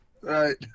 Right